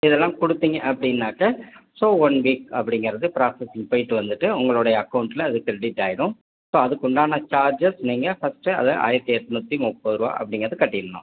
இதெல்லாம் கொடுத்தீங்க அப்படின்னாக்க ஸோ ஒன் வீக் அப்படிங்குறது ப்ராசஸிங் போயிவிட்டு வந்துவிட்டு உங்களுடைய அக்கௌன்ட்டில் அது க்ரெடிட் ஆயிடும் ஸோ அதற்கு உண்டான சார்ஜஸ் நீங்கள் ஃபர்ஸ்ட்டு அதை ஆயிரத்து எட்நூற்றி முப்பது ரூபா அப்படிங்குறது கட்டிவிடுனும்